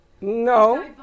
No